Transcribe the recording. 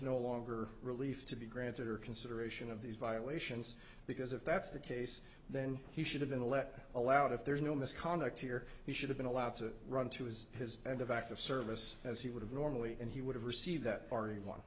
no longer relief to be granted or consideration of these violations because if that's the case then he should have been elected allowed if there's no misconduct here he should've been allowed to run to his his end of active service as he would have normally and he would have received that bar